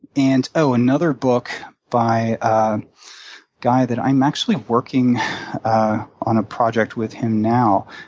and, oh, another book by a guy that i'm actually working on a project with him now,